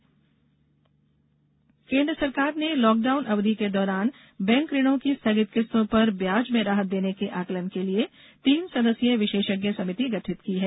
विशेषज्ञ समिति केन्द्र सरकार ने लॉकडाउन अवधि के दौरान बैंक ऋणों की स्थगित किस्तों पर ब्याज में राहत देने के आकलन के लिए तीन सदस्यीय विशेषज्ञ समिति गठित की है